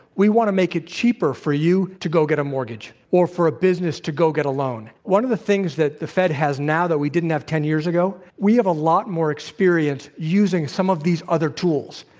we want to make it cheaper for you to go get a mortgage or for a business to go get one of the things that the fed has now that we didn't have ten years ago, we have a lot more experience using some of these other tools.